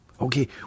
Okay